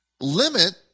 limit